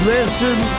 Listen